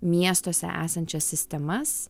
miestuose esančias sistemas